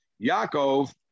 Yaakov